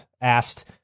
asked